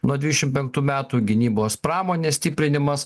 nuo dvidešim penktų metų gynybos pramonės stiprinimas